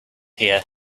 here